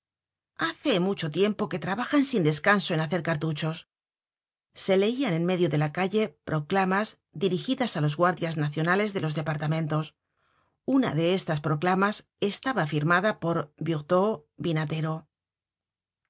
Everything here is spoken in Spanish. hace mucho tiempo que trabajan sin descanso en hacer cartuchos se leian en medio de la calle proclamas dirigidas á los guardias nacionales de los departamentos una de estas proclamas estaba firmada por burtot vinatero